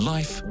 Life